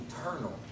Eternal